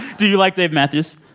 do you like dave matthews?